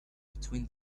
between